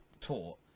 taught